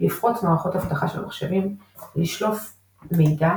לפרוץ מערכות אבטחה של מחשבים, לשלוף מידע